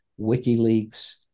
WikiLeaks